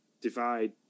divide